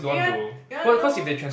you want you want to know